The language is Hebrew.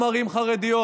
גם ערים חרדיות.